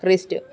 christ